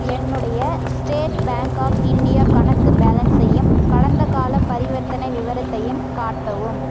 என்னுடைய state bank of India கணக்கு பேலன்ஸையும் கடந்தகால பரிவர்த்தனை விவரத்தையும் காட்டவும்